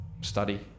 study